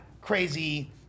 crazy